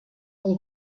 all